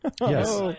Yes